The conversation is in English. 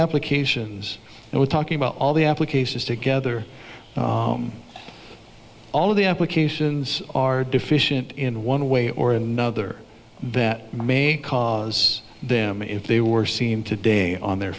applications and we're talking about all the applications together all of the applications are deficient in one way or another that may cause them if they were seem today on their